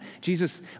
Jesus